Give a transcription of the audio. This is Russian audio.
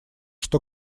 что